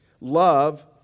Love